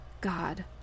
god